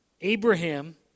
Abraham